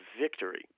victory